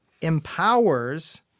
empowers